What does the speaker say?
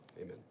amen